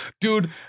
Dude